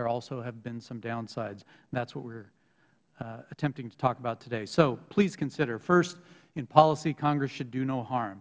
there also have been some down sides that is what we are attempting to talk about today please consider first in policy congress should do no harm